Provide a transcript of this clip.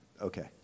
Okay